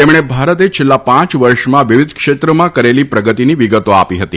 તેમણે ભારતે છેલ્લા પાંચ વર્ષમાં વિવિધ ક્ષેત્રોમાં કરેલી પ્રગતિની વિગતો આપી હતી